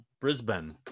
brisbane